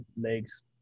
legs